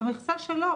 המכסה שלו,